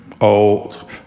old